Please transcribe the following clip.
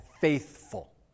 faithful